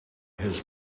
his